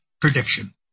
prediction